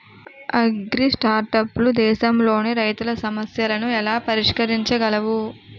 అగ్రిస్టార్టప్లు దేశంలోని రైతుల సమస్యలను ఎలా పరిష్కరించగలవు?